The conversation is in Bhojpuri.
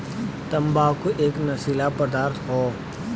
तम्बाकू एक नसीला पदार्थ हौ